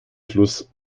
fluss